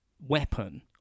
weapon